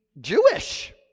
Jewish